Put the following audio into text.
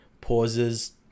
pauses